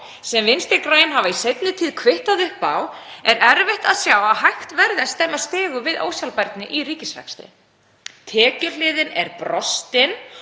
sem Vinstri græn hafa í seinni tíð kvittað upp á, er erfitt að sjá að hægt verði að stemma stigu við ósjálfbærni í ríkisrekstri. Tekjuhliðin er brostin